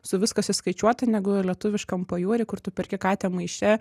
su viskas įskaičiuota negu lietuviškam pajūry kur tu perki katę maiše